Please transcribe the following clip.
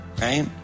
right